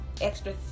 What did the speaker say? extra